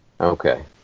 Okay